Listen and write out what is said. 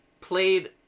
played